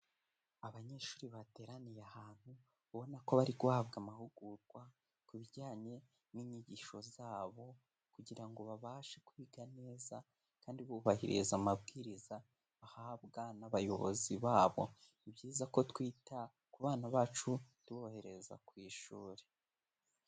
Abanyeshuri bateraniye ahantu ubona ko bari guhabwa amahugurwa ku bijyanye n'inyigisho zabo kugira ngo babashe kwiga neza, kandi bubahiriza amabwiriza bahabwa n'abayobozi babo, ni byiza ko twita ku bana bacu tubohereza ku ishuri.